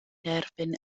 derbyn